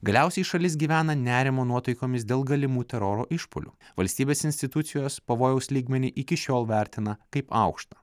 galiausiai šalis gyvena nerimo nuotaikomis dėl galimų teroro išpuolių valstybės institucijos pavojaus lygmenį iki šiol vertina kaip aukštą